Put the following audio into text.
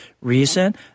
reason